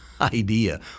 idea